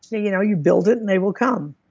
so you know you build it and they will come.